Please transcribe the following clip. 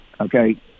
Okay